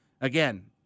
again